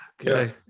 okay